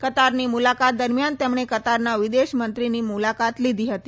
કતારની મુલાકાત દરમ્યાન તેમણે કતારના વિદેશ મંત્રીની મુલાકાત લીધી હતી